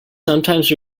sometimes